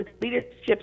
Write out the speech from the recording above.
leadership